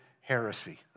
heresy